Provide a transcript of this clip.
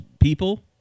people